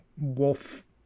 wolf